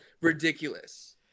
ridiculous